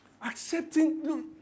Accepting